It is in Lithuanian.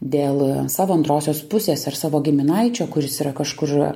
dėl savo antrosios pusės ar savo giminaičio kuris yra kažkur